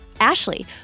Ashley